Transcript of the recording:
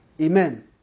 Amen